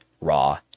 Raw